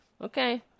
Okay